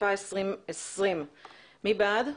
התשפ"א 2020. מי בעד?